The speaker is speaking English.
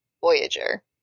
Voyager